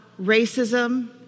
racism